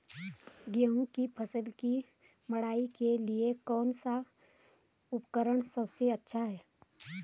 गेहूँ की फसल की मड़ाई के लिए कौन सा उपकरण सबसे अच्छा है?